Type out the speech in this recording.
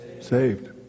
saved